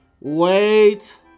Wait